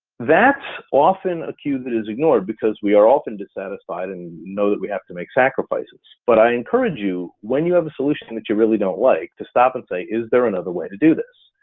that's often a cue that is ignored because we are often dissatisfied and know that we have to make sacrifices. but i encourage you when you have a solution and that you really don't like, to stop and say, is there another way to do this?